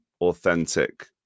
authentic